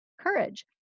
courage